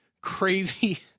crazy